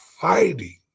fighting